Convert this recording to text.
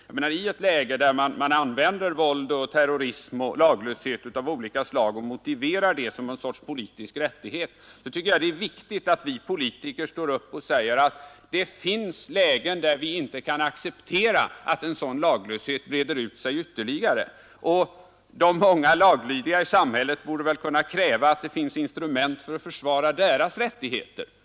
Jag menar att i ett läge, där man använder våld, terrorism och laglöshet av olika slag och betecknar det som något slags politisk rättighet, är det viktigt att vi politiker står upp och säger, att det finns lägen i vilka vi inte kan acceptera att en sådan laglöshet breder ut sig ytterligare. Och de många laglydiga i samhället borde väl kunna kräva att det finns instrument för att försvara deras rättigheter.